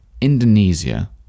Indonesia